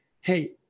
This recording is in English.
hey